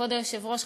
כבוד היושב-ראש,